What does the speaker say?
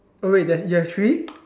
oh wait you have you have three